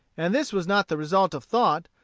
and this was not the result of thought,